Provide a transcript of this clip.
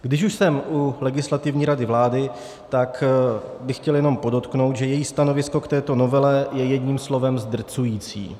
Když už jsem u Legislativní rady vlády, tak bych chtěl jenom podotknout, že její stanovisko k této novele je jedním slovem zdrcující.